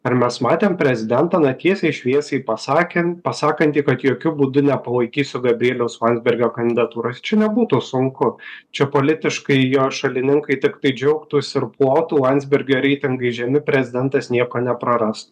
ar mes matėm prezidentą na tiesiai šviesiai pasakėm pasakantį kad jokiu būdu nepalaikysiu gabrieliaus landsbergio kandidatūros čia nebūtų sunku čia politiškai jo šalininkai tiktai džiaugtųsi ir plotų landsbergio reitingai žemi prezidentas nieko nepraras